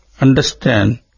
understand